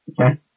Okay